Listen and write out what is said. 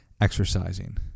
exercising